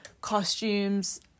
costumes